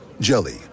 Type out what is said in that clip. Jelly